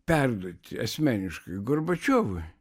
perduoti asmeniškai gorbačiovui